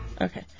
Okay